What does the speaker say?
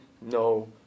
no